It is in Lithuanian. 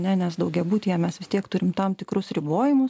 ne nes daugiabutyje mes vis tiek turim tam tikrus ribojimus